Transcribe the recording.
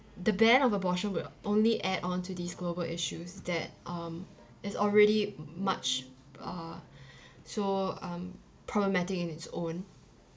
the ban of abortion will only add on to these global issues that um it's already much uh so um problematic in its own